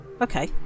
Okay